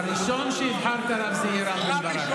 הראשון שיבחר את הרב יהיה רם בן ברק.